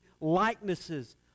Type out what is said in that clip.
likenesses